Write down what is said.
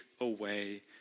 away